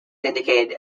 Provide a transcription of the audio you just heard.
indicate